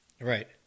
Right